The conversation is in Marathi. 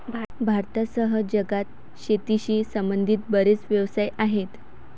भारतासह जगात शेतीशी संबंधित बरेच व्यवसाय आहेत